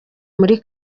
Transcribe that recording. muri